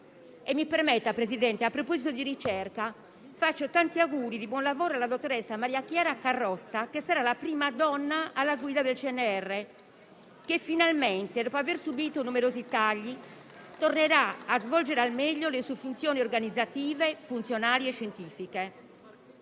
mi permetta, signor Presidente, di fare tanti auguri di buon lavoro alla dottoressa Maria Chiara Carrozza, che sarà la prima donna alla guida del CNR che finalmente, dopo aver subito numerosi tagli, tornerà a svolgere al meglio le sue funzioni organizzative, e scientifiche.